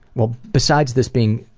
well, besides this being